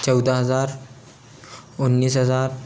चौदह हज़ार उन्नीस हज़ार